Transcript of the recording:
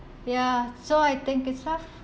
ya so I think it's tough